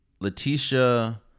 Letitia